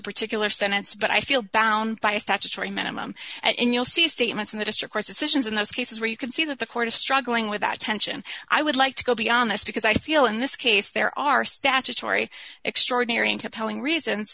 sentence but i feel bound by a statutory minimum and you'll see statements in the district or suspicions in those cases where you can see that the court is struggling with that tension i would like to go beyond this because i feel in this case there are statutory extraordinary into polling reasons